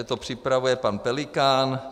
To připravuje pan Pelikán.